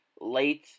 late